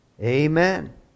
Amen